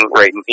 right